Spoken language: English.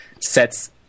sets